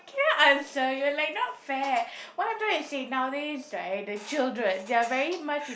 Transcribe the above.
can I answer you're like not fair what I'm trying to say nowadays right the children they are very much